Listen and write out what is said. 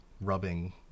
rubbing